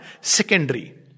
secondary